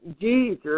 Jesus